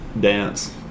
dance